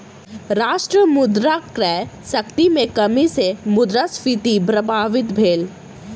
राष्ट्र मुद्रा क्रय शक्ति में कमी सॅ मुद्रास्फीति प्रभावित भेल